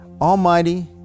Almighty